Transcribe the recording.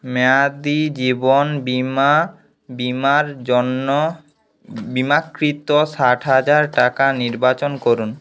মেয়াদি জীবন বীমা বীমার জন্য বিমাকৃত ষাট হাজার টাকা নির্বাচন করুন